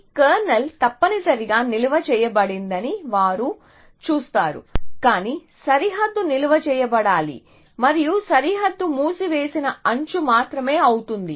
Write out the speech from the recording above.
ఈ కెర్నల్ తప్పనిసరిగా నిల్వ చేయబడదని వారు చూస్తారు కానీ సరిహద్దు నిల్వ చేయబడాలి మరియు సరిహద్దు మూసివేసిన అంచు మాత్రమే అవుతుంది